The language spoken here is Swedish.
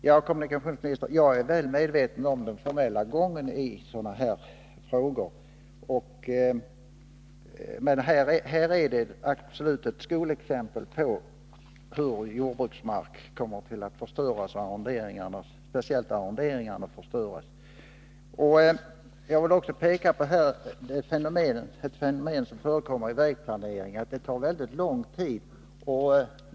Herr talman! Jag är väl medveten om den formella gången i sådana här frågor. Men det jag tog upp är absolut ett skolexempel på hur jordbruksmark, speciellt arronderingarna, kommer att förstöras. Jag vill också peka på det fenomen som förekommer i vägplaneringen och som består i att den tar väldigt lång tid.